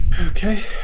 Okay